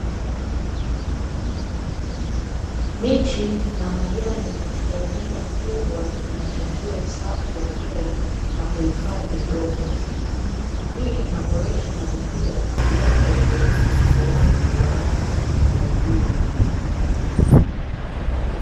Miti na majani katika eneo kubwa inachangia usafi wa hewa, na kuhifadhi udongo. Hii inaboresha ubora na kuleta utulivu kwa watu wanaokaribia.